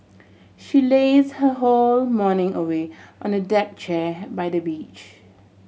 she laze her whole morning away on a deck chair by the beach